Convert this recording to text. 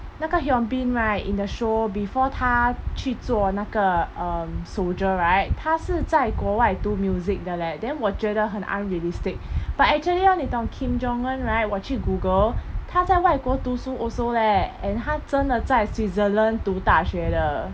那个 hyun bin right in the show before 他去做那个 um soldier right 他是在国外读 music 的 leh then 我觉得很 unrealistic but actually orh 你懂 kim jong un right 我去 google 他在外国读书 also leh and 他真的在 switzerland 读大学的